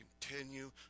continue